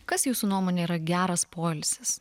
kas jūsų nuomone yra geras poilsis